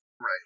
Right